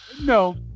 No